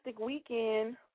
weekend